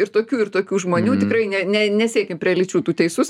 ir tokių ir tokių žmonių tikrai ne ne nesiekim prie lyčių tu teisus